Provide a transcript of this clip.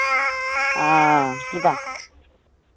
अऽ किताब